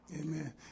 Amen